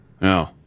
No